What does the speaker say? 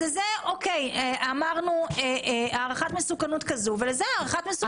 אז לזה יש הערכת מסוכנות כזאת ולמשהו אחר הערכת מסוכנות אחרת.